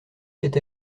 cet